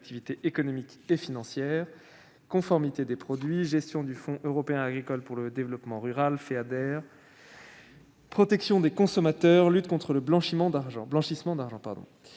activité économique et financière : conformité des produits, gestion du Fonds européen agricole pour le développement rural, le Feader, protection des consommateurs, lutte contre le blanchiment d'argent.